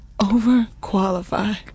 Overqualified